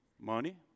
Money